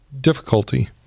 difficulty